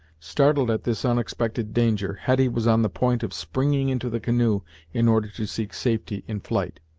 startled at this unexpected danger hetty was on the point of springing into the canoe in order to seek safety in flight,